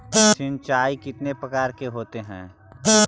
सिंचाई कितने प्रकार के होते हैं?